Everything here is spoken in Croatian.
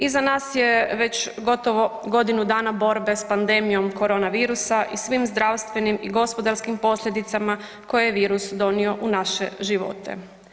Iza nas je već gotovo godinu dana borbe s pandemijom koronavirusa i svim zdravstvenim i gospodarskim posljedicama koje je virus donio u naše živote.